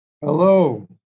Hello